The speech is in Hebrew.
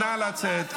נא לצאת.